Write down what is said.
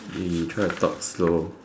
you try to talk slow